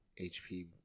HP